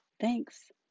Thanks